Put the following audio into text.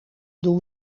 doen